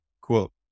cool